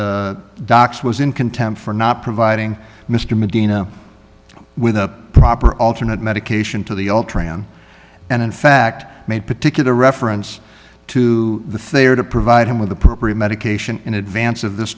docs was in contempt for not providing mr medina with the proper alternate medication to the ultron and in fact made particular reference to the they are to provide him with appropriate medication in advance of this